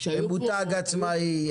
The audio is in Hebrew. הם מותג עצמאי,